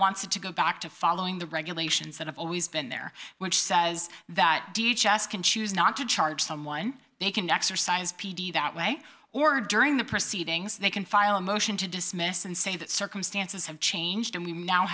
wants it to go back to following the regulations that have always been there which says that do you just can choose not to charge someone they can exercise p d that way or during the proceedings they can file a motion to dismiss and say that circumstances have changed and we now